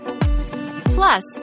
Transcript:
Plus